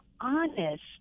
honest